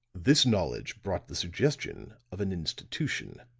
this knowledge brought the suggestion of an institution.